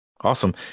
awesome